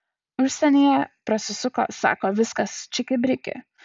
užsienyje prasisuko sako viskas čiki briki